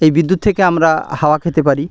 এই বিদ্যুৎ থেকে আমরা হাওয়া খেতে পারি